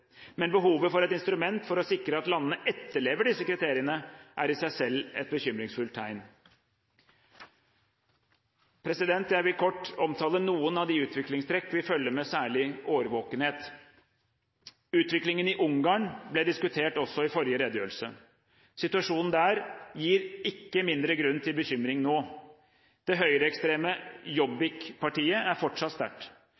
Men behovet for et instrument for å sikre at landene etterlever disse kriteriene, er i seg selv et bekymringsfullt tegn. Jeg vil kort omtale noen av de utviklingstrekk vi følger med særlig årvåkenhet. Utviklingen i Ungarn ble diskutert også i forrige redegjørelse. Situasjonen der gir ikke mindre grunn til bekymring nå. Det høyreekstreme